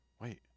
Wait